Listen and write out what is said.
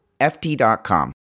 ft.com